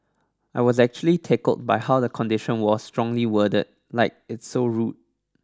I was actually tickled by how the condition was strongly worded like it's so rude